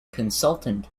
consultant